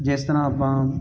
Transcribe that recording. ਜਿਸ ਤਰ੍ਹਾਂ ਆਪਾਂ